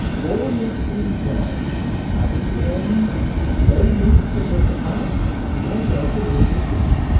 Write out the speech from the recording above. all yet seems well and if it end so meet, the bitter past more welcome is the sweet.